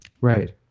Right